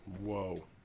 Whoa